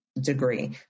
degree